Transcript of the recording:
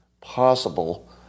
possible